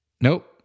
Nope